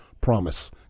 promise